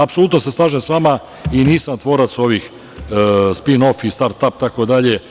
Apsolutno se slažem sa vama i nisam tvorac ovih spin-of i start-ap, itd.